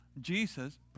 Jesus